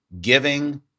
giving